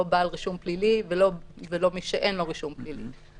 לא בעל רישום פלילי ולא מי שאין לו רישום פלילי,